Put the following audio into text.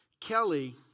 Kelly